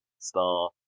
star